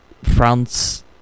France